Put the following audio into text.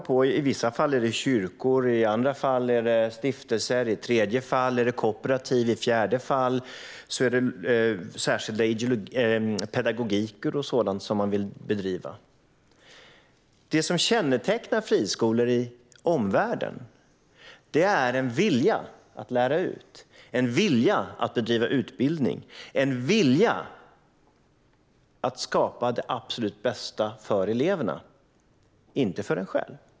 I vissa fall är det kyrkor, i andra fall stiftelser, i tredje fall är det kooperativ, i fjärde fall är det särskilda pedagogiker som man vill bedriva. Det som kännetecknar friskolor i omvärlden är en vilja att lära ut, en vilja att bedriva utbildning, en vilja att skapa det absolut bästa för eleverna, inte för en själv.